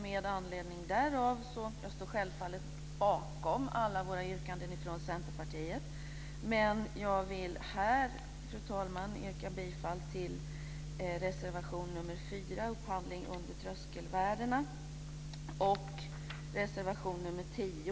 Jag står självfallet bakom alla Centerpartiets yrkanden, men jag vill här, fru talman, yrka bifall till reservation 4, Upphandling under tröskelvärdena, och reservation 10.